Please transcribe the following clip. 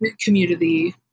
community